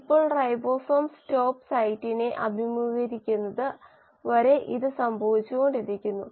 ഇപ്പോൾ ribosome stop സൈറ്റിനെ അഭിമുഖീകരിക്കുന്നത് വരെ ഇത് സംഭവിച്ചുകൊണ്ടിരിക്കുന്നു